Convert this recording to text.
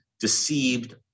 deceived